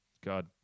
god